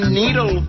needle